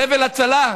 "חבל הצלה",